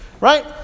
right